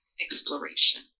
exploration